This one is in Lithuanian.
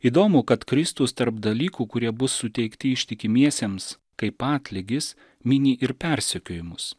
įdomu kad kristus tarp dalykų kurie bus suteikti ištikimiesiems kaip atlygis mini ir persekiojimus